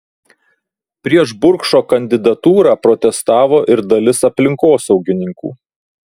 prieš burkšo kandidatūrą protestavo ir dalis aplinkosaugininkų